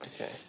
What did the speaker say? Okay